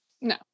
No